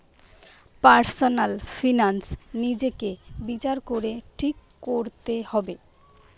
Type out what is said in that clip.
personal finance নিজেকে বিচার করে ঠিক কোরতে হবে